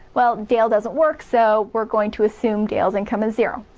well, dale doesn't work. so we're going to assume dale's income is zero.